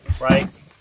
right